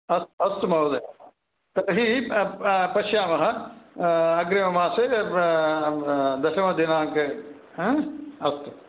अस्त् अस्तु महोदय तर्हि पश्यामः अग्रिममासे दशमदिनाङ्के अस्तु